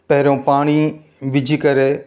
पहिरयों पाणी विझी करे